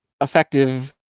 effective